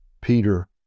Peter